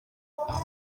aha